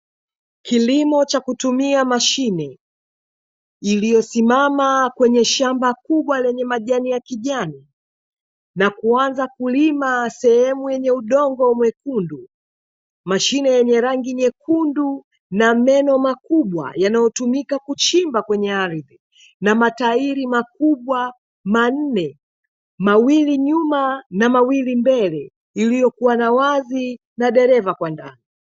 Kilimo cha kutumia mashine iliyosimama kwenye shamba kubwa la majani ya kijani na kuanza kulima sehemu yenye udongo mwekundu. Mashine yenye rangi nyekundu na meno makubwa yanayotumika kuchimba kwenye ardhi na matairi makubwa manne, mawili nyuma na mawili mbele iliiyokuwa na wazi na dereva kwa ndani.